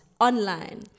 online